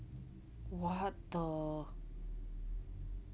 what the